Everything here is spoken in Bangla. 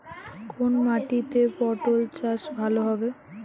কোন মাটিতে পটল চাষ ভালো হবে?